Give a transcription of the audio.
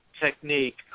technique